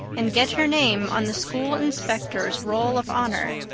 and get her name on the school inspector's roll of honor.